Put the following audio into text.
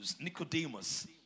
Nicodemus